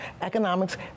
economics